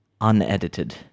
unedited